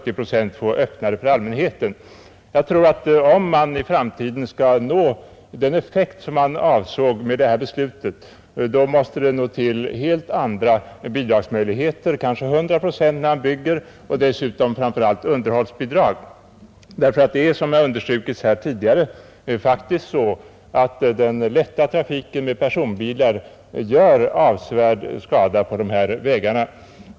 Om man i framtiden skall nå den effekt som man avsåg med detta beslut, då krävs helt andra bidragsmöjligheter — kanske 100 procent till byggnadskostnaderna och sedan framför allt underhållsbidrag. Men som här tidigare understrukits är det faktiskt så att den lätta trafiken med personbilar gör avsevärd skada på dessa vägar.